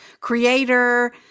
creator